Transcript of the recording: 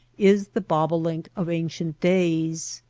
is the bobolink of ancient days.